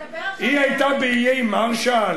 תדבר, היא היתה באיי מרשל?